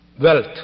wealth